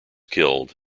killed